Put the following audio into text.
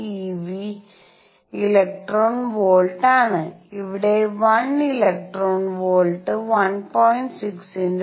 6n²eV electron volt ആണ് ഇവിടെ 1 electron volt 1